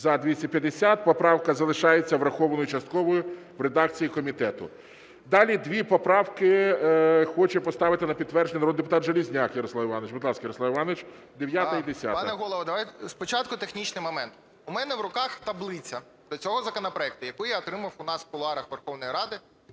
За-250 Поправка залишається врахованою частково в редакції комітету. Далі дві поправки хоче поставити на підтвердження народний депутат Железняк Ярослав Іванович. Будь ласка, Ярослав Іванович, 9-а і 10-а. 13:10:24 ЖЕЛЕЗНЯК Я.І. Пане Голово, спочатку технічний момент. У мене в руках таблиця до цього законопроекту, яку я отримав у нас в кулуарах Верховної Ради